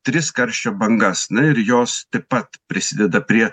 tris karščio bangas na ir jos taip pat prisideda prie